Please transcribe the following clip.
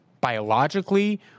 biologically